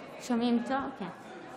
(אומרת דברים בשפת הסימנים, להלן תרגומם: